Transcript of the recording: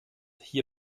hier